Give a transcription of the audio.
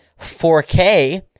4K